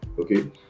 Okay